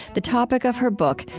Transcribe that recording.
the topic of her book,